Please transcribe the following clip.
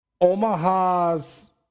Omaha's